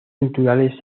culturales